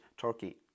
turkey